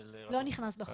של -- לא נכנס בחוק.